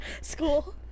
School